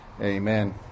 Amen